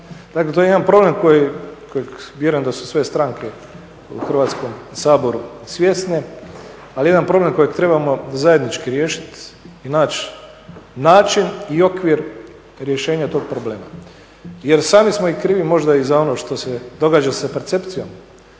Dakle to je jedan problem kojeg vjerujem da su sve stranke u Hrvatskom saboru svjesne ali jedan problem kojeg trebamo zajednički riješiti i naći način i okvir rješenja tog problema. Jer sami smo i krivi možda i za ono što se događa sa percepcijom